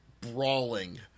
brawling